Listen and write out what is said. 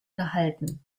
gehalten